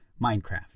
minecraft